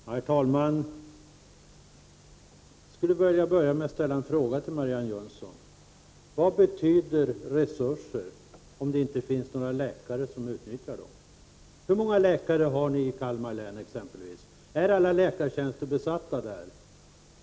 Herr talman! Jag vill börja med att ställa några frågor till Marianne Jönsson. Vad betyder resurser, om det inte finns några läkare som utnyttjar dem? Hur många läkare har ni exempelvis i Kalmar län? Är alla läkartjänster besatta där?